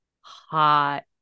hot